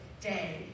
day